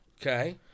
Okay